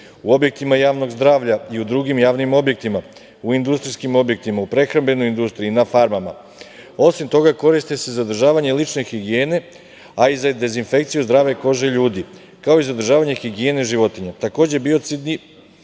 u objektima javnog zdravlja i u drugim javnim objektima, u industrijskim objektima, u prehrambenoj industriji, na farmama. Osim toga, koriste se za održavanje lične higijene, a i za dezinfekciju zdrave kože ljudi, kao i za održavanje higijene životinja. Takođe, biocidni